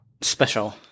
special